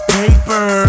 paper